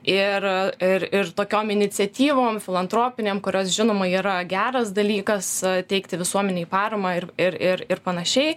ir ir ir tokiom iniciatyvom filantropinėm kurios žinoma yra geras dalykas teikti visuomenei paramą ir ir ir ir panašiai